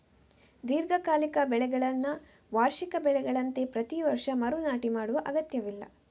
ದೀರ್ಘಕಾಲಿಕ ಬೆಳೆಗಳನ್ನ ವಾರ್ಷಿಕ ಬೆಳೆಗಳಂತೆ ಪ್ರತಿ ವರ್ಷ ಮರು ನಾಟಿ ಮಾಡುವ ಅಗತ್ಯವಿಲ್ಲ